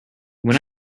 when